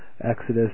Exodus